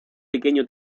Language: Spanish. pequeño